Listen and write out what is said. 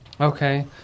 Okay